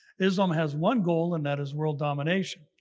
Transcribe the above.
islam has one goal and that is world domination.